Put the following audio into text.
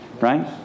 right